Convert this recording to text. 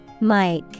Mike